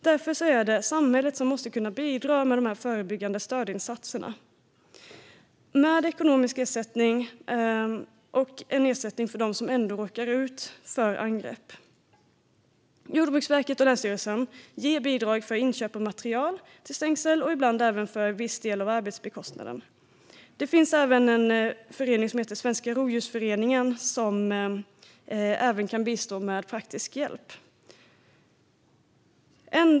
Därför måste samhället kunna bidra med förebyggande stödinsatser och med ekonomisk ersättning till dem som ändå råkar ut för angrepp. Jordbruksverket och länsstyrelsen ger bidrag för inköp av material till stängsel och ibland även för en viss del av arbetskostnaden. Det finns även en förening - Svenska Rovdjursföreningen - som kan bistå med praktisk hjälp.